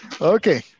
Okay